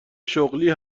شغلی